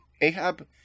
Ahab